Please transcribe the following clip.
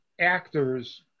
actors